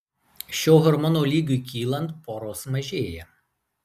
šio hormono lygiui kylant poros mažėja